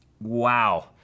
Wow